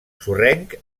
sorrenc